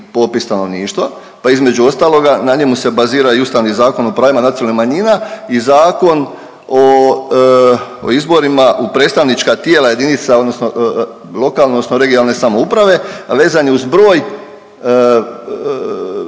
popis stanovništva pa između ostaloga na njemu bazira i Ustavni zakon o pravima nacionalnih manjina i Zakon o izborima u predstavnička tijela jedinica odnosno lokalne odnosno regionalne samouprave, a vezan je uz broj